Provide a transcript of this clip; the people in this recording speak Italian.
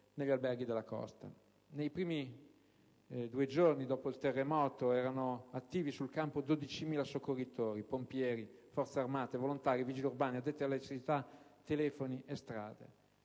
negli alberghi sulla costa. Nei primi due giorni dopo il terremoto erano attivi sul campo 12.000 soccorritori: pompieri, Forze armate, volontari, vigili urbani, addetti a elettricità, telefoni e strade.